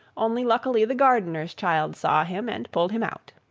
only luckily the gardener's child saw him, and pulled him out.